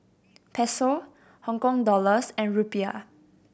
Peso Hong Kong Dollars and Rupiah